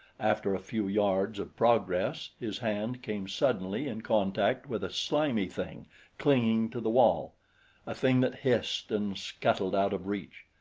after a few yards of progress his hand came suddenly in contact with a slimy thing clinging to the wall a thing that hissed and scuttled out of reach.